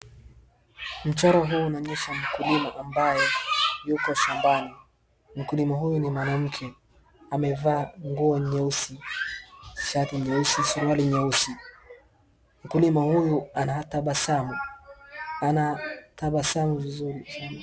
Mchoro huu unaonyesha mkulima ambaye yuko shambani. Mkulima huyu ni mwanamke. Amevaa nguo nyeusi, shati nyeusi, suruali nyeusi. Mkulima huyu anatabasamu. Anatabasamu vizuri shamba.